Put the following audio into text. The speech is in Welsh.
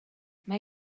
mae